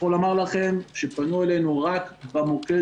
אני יכול לומר לכם שפנו אלינו רק במוקד